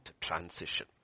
transition